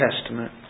Testament